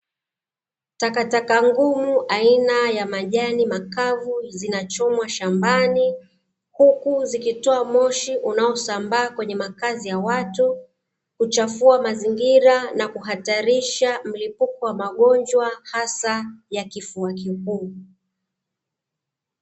Takataka ngumu aina ya majani makavu, zinachomwa shambani huku zikitoa moshi unaosambaa kwenye makazi ya watu, huchafua mazingira na kuhatarisha mlipuko wa magonjwa hasa ya Kifua kikuu.